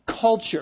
culture